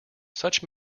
such